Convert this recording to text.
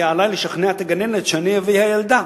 היה עלי לשכנע את הגננת שאני אבי הילדה